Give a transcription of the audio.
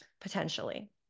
potentially